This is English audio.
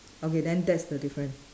okay then that's the difference